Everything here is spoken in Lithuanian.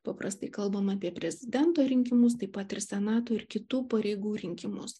paprastai kalbam apie prezidento rinkimus taip pat ir senato ir kitų pareigų rinkimus